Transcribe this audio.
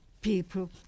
people